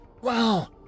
Wow